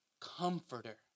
comforter